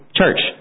church